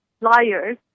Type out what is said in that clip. liars